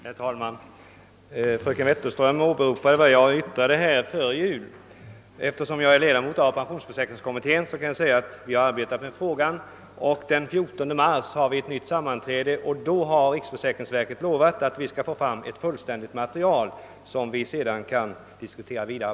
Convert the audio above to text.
Herr talman! Fröken Wetterström åberopade vad jag yttrade här före jul. Eftersom jag är ledamot av pensionsförsäkringskommittén, kan jag säga att vi har arbetat med frågan. Den 14 mars har kommittén ett nytt sammanträde, och riksförsäkringsverket har lovat att vi då skall få ett fullständigt material, som vi sedan kan diskutera vidare.